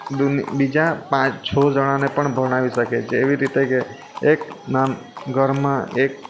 દુન બીજા પાંચ છ જણાંને પણ ભણાવી શકે જેવી રીતે કે એકના ઘરમાં એક